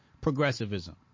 progressivism